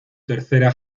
tercera